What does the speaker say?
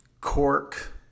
cork